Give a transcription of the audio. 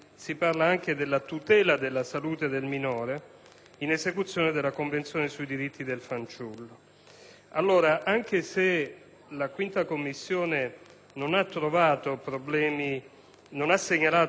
Anche se la 5a Commissione non ha segnalato problemi di copertura - perché non ce ne sono in quanto la voce di bilancio è una voce di carattere generale